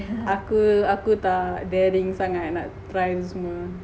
aku aku tak daring sangat nak try semua